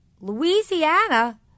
Louisiana